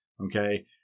Okay